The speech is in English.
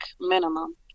minimum